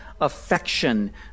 affection